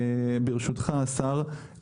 ברשותך השר,